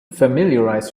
familiarize